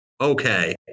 Okay